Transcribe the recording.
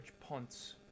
punts